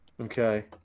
Okay